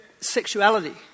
sexuality